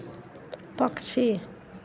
पक्षी